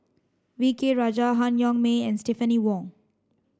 V K Rajah Han Yong May and Stephanie Wong